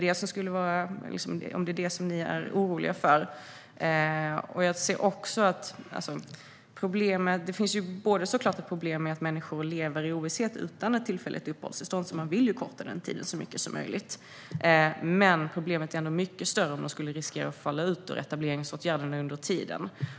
Det är givetvis ett problem att människor lever i ovisshet utan tillfälligt uppehållstillstånd, så vi vill korta denna tid så mycket som möjligt. Men ett ännu större problem är att riskera att falla ur etableringsåtgärderna under tiden.